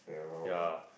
ya